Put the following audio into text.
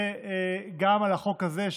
וגם על החוק הזה,